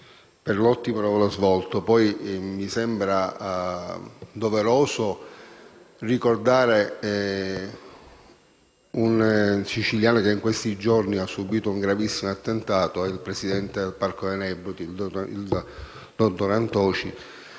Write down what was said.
per l'ottimo lavoro svolto e poi mi sembra doveroso ricordare un siciliano che, in questi giorni, ha subito un gravissimo attentato. Si tratta del presidente del Parco dei Nebrodi, dottor Antoci,